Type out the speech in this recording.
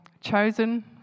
chosen